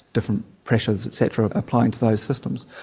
different pressures et cetera applying to those systems.